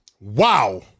Wow